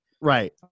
right